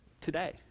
today